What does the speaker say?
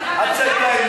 לא יכול.